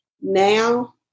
Now